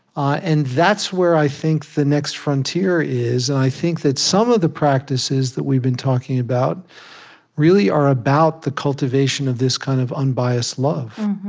ah and that's where, i think, the next frontier is and i think that some of the practices that we've been talking about really are about the cultivation of this kind of unbiased love